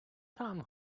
tam